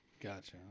Gotcha